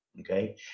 okay